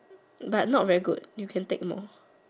but not very good you can take more